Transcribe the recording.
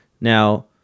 Now